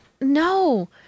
No